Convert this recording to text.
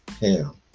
Hell